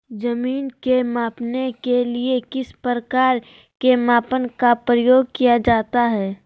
जमीन के मापने के लिए किस प्रकार के मापन का प्रयोग किया जाता है?